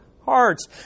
hearts